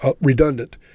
redundant